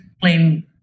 plain